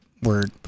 word